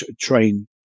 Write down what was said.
train